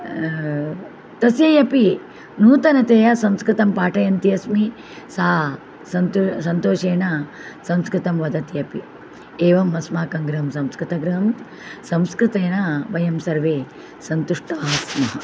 तस्यै अपि नूतनतया संस्कृतं पाठयन्ती अस्मि सा सन्तो सन्तोषेण संस्कृतं वदति अपि एवम् अस्माकं गृहं संस्कृतगृहं संस्कृतेन वयं सर्वे सन्तुष्टाः स्मः